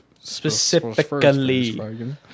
Specifically